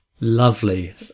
Lovely